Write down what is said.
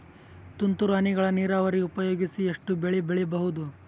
ತುಂತುರು ಹನಿಗಳ ನೀರಾವರಿ ಉಪಯೋಗಿಸಿ ಎಷ್ಟು ಬೆಳಿ ಬೆಳಿಬಹುದು?